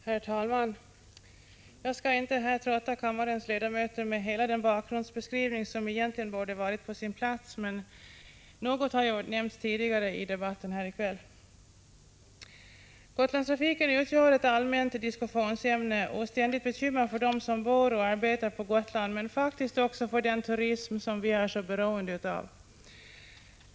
Herr talman! Jag skall inte trötta kammarens ledamöter med hela den bakgrundsbeskrivning som egentligen borde varit på sin plats. En del har emellertid nämnts tidigare i kväll. Gotlandstrafiken utgör ett allmänt diskussionsämne och ett ständigt bekymmer för dem som bor och arbetar på Gotland men faktiskt också för den turism som vi är så beroende av.